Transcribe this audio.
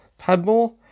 Padmore